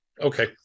Okay